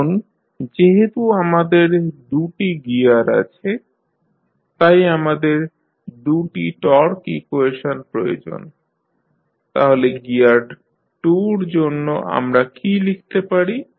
এখন যেহেতু আমাদের 2 টি গিয়ার আছে তাই আমাদের 2 টি টর্ক ইকুয়েশন প্রয়োজন তাহলে গিয়ার 2 র জন্য আমরা কী লিখতে পারি